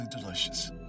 delicious